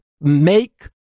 make